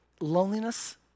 loneliness